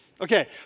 Okay